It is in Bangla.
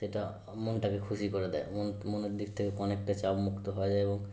সেটা মনটাকে খুশি করে দেয় মন মনের দিক থেকে অনেকটা চাপমুক্ত হওয়া যায় এবং